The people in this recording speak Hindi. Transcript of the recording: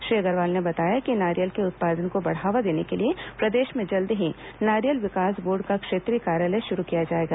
श्री अग्रवाल ने बताया कि नारियल के उत्पादन को बढ़ावा देने के लिए प्रदेश में जल्द ही नारियल विकास बोर्ड का क्षेत्रीय कार्यालय शुरू किया जाएगा